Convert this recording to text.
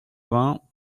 vingts